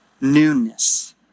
newness